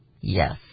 Yes